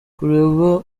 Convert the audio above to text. kureba